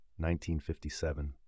1957